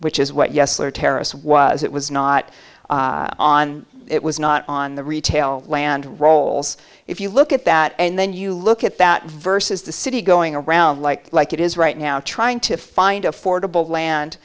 which is what yes lower tariffs was it was not on it was not on the retail land roles if you look at that and then you look at that versus the city going around like like it is right now trying to find affordable land